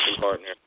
partner